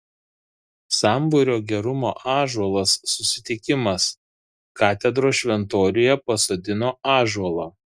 sambūrio gerumo ąžuolas susitikimas katedros šventoriuje pasodino ąžuolą